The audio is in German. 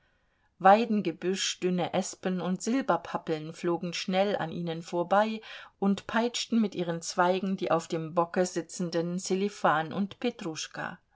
weidengebüsch dünne espen und silberpappeln flogen schnell an ihnen vorbei und peitschten mit ihren zweigen die auf dem bocke sitzenden sselifan und